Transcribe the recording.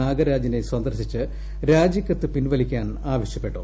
നാഗരാജിനെ സന്ദർശിച്ച് രാജികത്ത് പിൻവലിക്കാൻ ആവശ്യപ്പെട്ടു